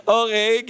okay